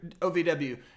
ovw